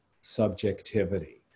subjectivity